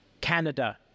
Canada